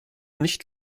nicht